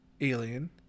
alien